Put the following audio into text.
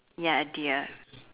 ya a deer